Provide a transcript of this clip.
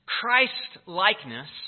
Christ-likeness